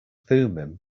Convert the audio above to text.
thummim